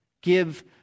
give